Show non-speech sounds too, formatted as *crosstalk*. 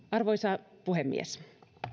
*unintelligible* arvoisa puhemies